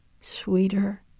sweeter